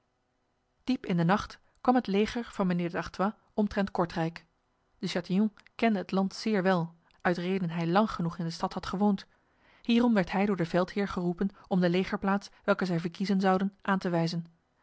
diep in de nacht kwam het leger van mijnheer d'artois omtrent kortrijk de chatillon kende het land zeer wel uit reden hij lang genoeg in de stad had gewoond hierom werd hij door de veldheer geroepen om de legerplaats welke zij verkiezen zouden aan te wijzen